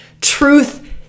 truth